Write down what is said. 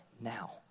now